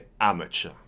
amateur